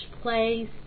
place